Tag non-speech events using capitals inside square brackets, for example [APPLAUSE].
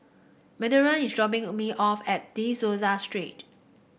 [UNINTELLIGIBLE] is dropping me off at De Souza Street